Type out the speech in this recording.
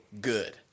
good